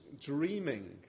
dreaming